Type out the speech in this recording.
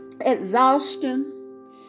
exhaustion